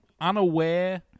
unaware